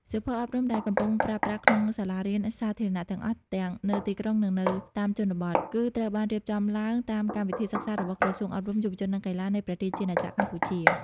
សៀវភៅអប់រំដែលកំពុងប្រើប្រាស់ក្នុងសាលារៀនសាធារណៈទាំងអស់ ទាំងនៅទីក្រុងនិងនៅតាមជនបទ គឺត្រូវបានរៀបចំឡើងតាមកម្មវិធីសិក្សារបស់ ក្រសួងអប់រំ យុវជន និងកីឡា នៃព្រះរាជាណាចក្រកម្ពុជា។